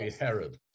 Herod